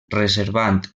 reservant